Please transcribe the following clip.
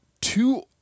two